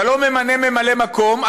אתה לא ממנה ממלא מקום,